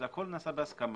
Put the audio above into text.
זה הכול נעשה בהסכמה,